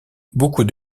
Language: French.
beaucoup